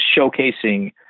showcasing